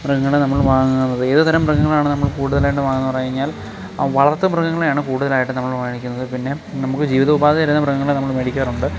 മൃഗങ്ങളാണ് നമ്മൾ വാങ്ങുന്നത് ഏത് തരം മൃഗങ്ങളാണ് നമ്മൾ കൂടുതലായിട്ട് വാങ്ങുന്നതിനു പറഞ്ഞു കഴിഞ്ഞാൽ വളർത്തു മൃഗങ്ങളെയാണ് നമ്മൾ കൂടുതലായിട്ട് നമ്മൾ മേടിക്കുന്നത് പിന്നെ നമുക്ക് ജീവിതോപാധി തരുന്ന മൃഗങ്ങളെ നമ്മൾ മേടിക്കാറുണ്ട്